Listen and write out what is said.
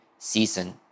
season